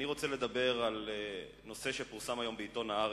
אני רוצה לדבר על נושא שפורסם היום בעיתון "הארץ",